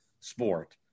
sport